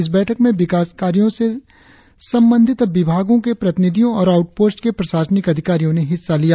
इस बैठक में विकास कार्यों से सभी विभागों से के प्रतिनिधियों और आऊटपोस्ट के प्रशासनिक अधिकारियों ने हिस्सा लिया